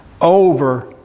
over